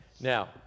Now